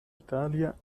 italia